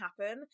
happen